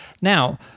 Now